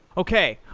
okay.